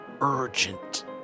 urgent